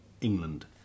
England